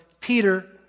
Peter